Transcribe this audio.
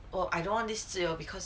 oh I don't want this 自由 because